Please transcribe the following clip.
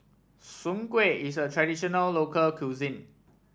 Soon Kueh is a traditional local cuisine